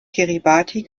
kiribati